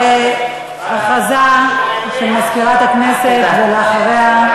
הודעה של מזכירת הכנסת, ואחריה,